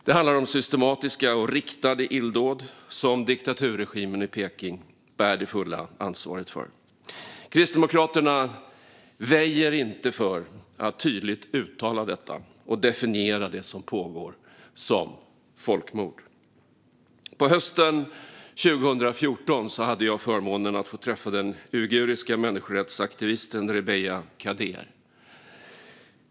Det handlar om systematiska och riktade illdåd som diktaturregimen i Peking bär det fulla ansvaret för. Kristdemokraterna väjer inte för att tydligt uttala detta och definiera det som pågår som folkmord. På hösten 2014 hade jag förmånen att träffa den uiguriska människorättsaktivisten Rebiya Kadeer.